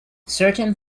certain